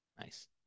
Nice